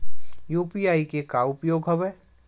UPI के का उपयोग हवय?